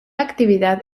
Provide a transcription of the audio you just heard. actividad